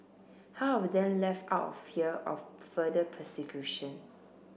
half of them left out of fear of further persecution